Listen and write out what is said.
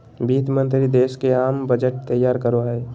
वित्त मंत्रि देश के आम बजट तैयार करो हइ